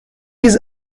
his